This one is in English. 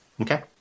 Okay